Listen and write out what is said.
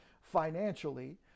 financially